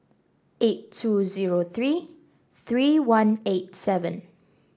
eight two zero three three one eight seven